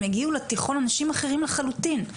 הם יגיעו לתיכון אנשים אחרים לחלוטין,